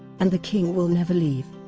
and the king will never leave.